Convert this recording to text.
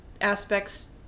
aspects